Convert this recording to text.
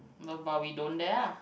no but we don't dare lah